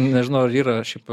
nei nežinau ar yra šiaip